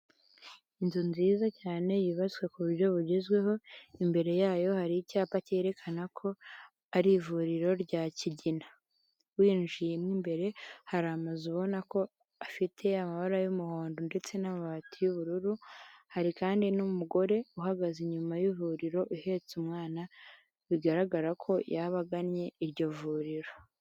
Inzu nziza cyane yubatswe ku buryo bugezweho imbere yayo hari icyapa cyerekana ko ari ivuriro rya kigina, winjiyemo imbere hari amazu ubona ko afite amabara y'umuhondo ndetse n'amabati y'ubururu hari kandi n'umugore uhagaze inyuma y'ivuriro uhetse umwana bigaragara ko yaba agannye iryo vuriro.